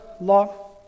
law